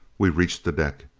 we reached the deck.